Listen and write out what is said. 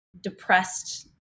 depressed